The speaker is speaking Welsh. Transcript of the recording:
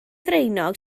ddraenog